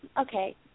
Okay